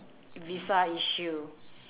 visa issue